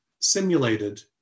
simulated